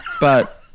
but-